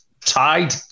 Tied